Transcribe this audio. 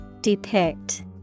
Depict